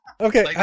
Okay